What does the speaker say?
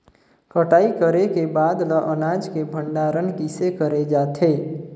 कटाई करे के बाद ल अनाज के भंडारण किसे करे जाथे?